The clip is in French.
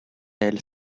elle